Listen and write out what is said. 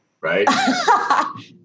right